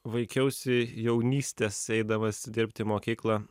vaikiausi jaunystės eidamas dirbt į mokyklą